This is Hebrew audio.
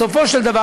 בסופו של דבר,